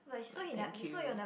like thank you